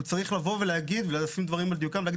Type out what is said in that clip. הוא צריך לשים דברים על דיוקם ולהגיד,